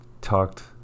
talked